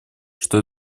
что